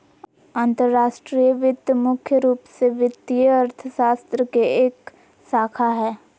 अंतर्राष्ट्रीय वित्त मुख्य रूप से वित्तीय अर्थशास्त्र के एक शाखा हय